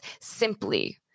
simply